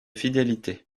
fidélité